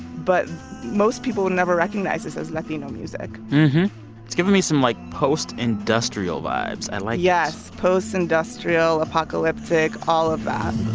but most people never recognize this as latino music it's giving me some, like, post-industrial vibes. i like it yes, post-industrial, apocalyptic all of that